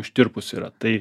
ištirpusi yra tai